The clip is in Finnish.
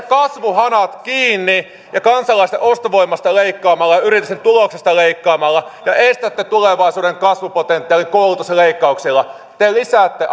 kasvuhanat kiinni kansalaisten ostovoimasta leikkaamalla yritysten tuloksesta leikkaamalla ja estätte tulevaisuuden kasvupotentiaalin koulutusleikkauksilla te lisäätte